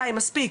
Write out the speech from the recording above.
די, מספיק!